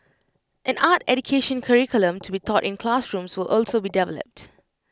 an art education curriculum to be taught in classrooms will also be developed